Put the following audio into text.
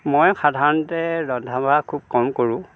মই সাধাৰণতে ৰন্ধা বঢ়া খুব কম কৰোঁ